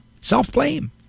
self-blame